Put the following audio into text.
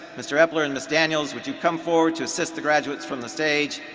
mr. eppler and ms. daniels would you come forward to assist the graduates from the stage.